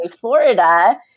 Florida